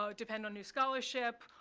so depend on new scholarship,